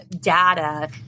data